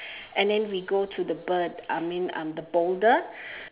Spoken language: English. and then we go to the bird I mean um the boulder